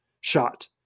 shot